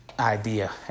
Idea